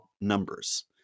numbers